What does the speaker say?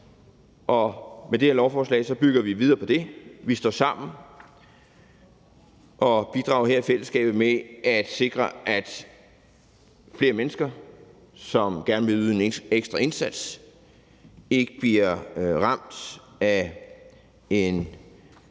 Med det her lovforslag bygger videre på det. Vi står sammen og bidrager her i fællesskab til at sikre, at de mennesker, som gerne vil yde en ekstra indsats, ikke bliver ramt af en